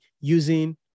using